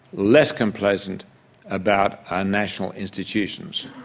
less complacent about our national institutions,